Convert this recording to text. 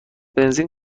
بنزین